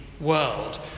world